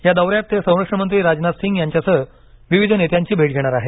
या दौऱ्यात ते संरक्षण मंत्री राजनाथ सिंह यांच्यासह विविध नेत्यांची भेट घेणार आहेत